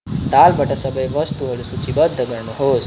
दालबाट सबै वस्तुहरू सूचीबद्ध गर्नुहोस्